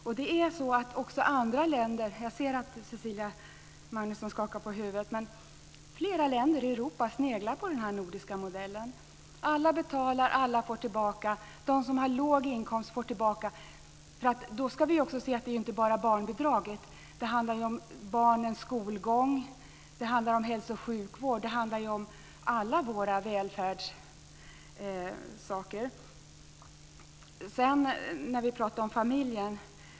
Jag ser att Cecilia Magnusson skakar på huvudet, men det är så att flera länder i Europa sneglar på den nordiska modellen. Alla betalar, alla får tillbaka. De som har låg inkomst får tillbaka. Då ska vi också se att det inte bara är barnbidraget. Det handlar om barnens skolgång. Det handlar om hälso och sjukvård. Det handlar om hela vår välfärd. Vi pratar om familjen.